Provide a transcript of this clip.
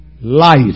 life